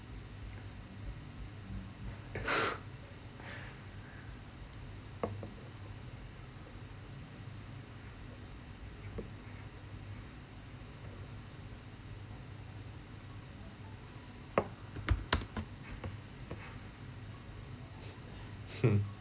hmm